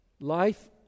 Life